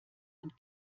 und